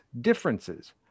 differences